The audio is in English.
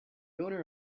owner